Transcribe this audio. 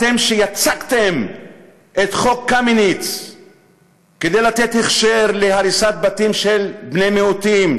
אתם שיצקתם את חוק קמיניץ כדי לתת הכשר להריסת בתים של בני מיעוטים,